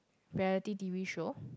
reality t_v show